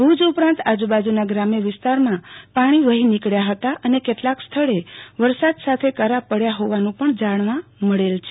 ભુજ ઉપરાંત આજૂબાજૂના ગ્રામ્ય વિસ્તારમાં પાણી વહો નીકળ્યા હતા અને કેટલાક સ્થળ વરસાદ સાથે કરા પડયા હોવાનું પણ જાણવા મળેલ છે